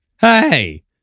Hey